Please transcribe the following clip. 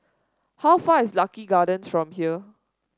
how far is Lucky Gardens from here